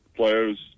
players